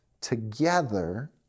together